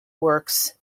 works